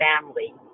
family